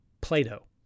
Plato